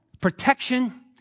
protection